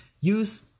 Use